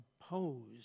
opposed